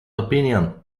opinion